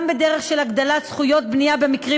גם בדרך של הגדלת זכויות בנייה במקרים